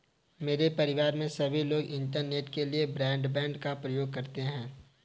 मेरे परिवार में सभी लोग इंटरनेट के लिए ब्रॉडबैंड का भी प्रयोग करते हैं